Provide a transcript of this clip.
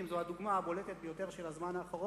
הם הדוגמה הבולטת ביותר של הזמן האחרון,